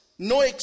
No